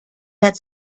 that